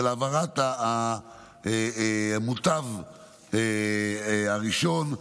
של העברת המוטב הראשון.